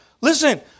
Listen